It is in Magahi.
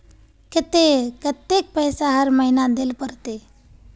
केते कतेक पैसा हर महीना देल पड़ते?